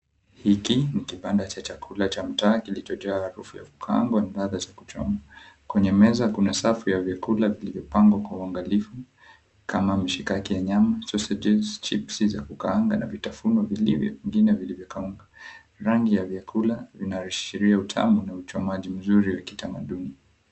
Hiki ni kibanda cha chakula cha mtaa kilichojaa harufu ya kukaangwa na ladha za kuchomwa. Kwenye meza kuna safu ya vyakula vilivyopangwa kwa uangalifu kama mshikaki wa nyama, sosages , chips za kukaanga na vitafunwa vingine vilivyokaangwa, rangi ya vyakula vinaashiria utamu na uchomaji mzuri ya kitamaduni.